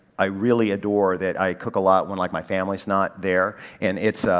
i really adore that i cook a lot when like my family is not there and it's,